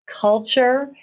culture